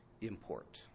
import